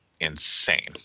insane